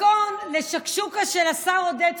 מתכון לשקשוקה של השר עודד פורר: